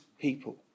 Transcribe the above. people